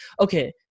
okay